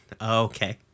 Okay